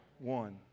one